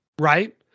Right